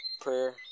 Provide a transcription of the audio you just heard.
Prayer